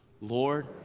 Lord